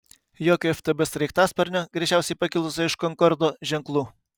jokių ftb sraigtasparnio greičiausiai pakilusio iš konkordo ženklų